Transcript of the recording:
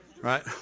Right